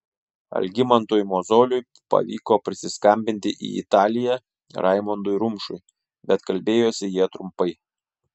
algimantui mozoliui pavyko prisiskambinti į italiją raimondui rumšui bet kalbėjosi jie trumpai